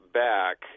back